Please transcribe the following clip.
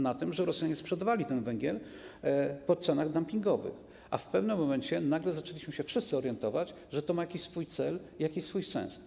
Na tym, że Rosjanie sprzedawali ten węgiel po cenach dumpingowych, a w pewnym momencie zaczęliśmy się wszyscy orientować, że to ma jakiś swój cel i jakiś swój sens.